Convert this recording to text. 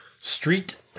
Street